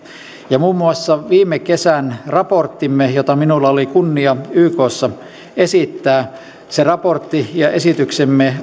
ja muun muassa viime kesän raporttimme jota minulla oli kunnia ykssa esittää ja esityksemme